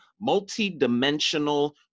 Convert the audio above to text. multi-dimensional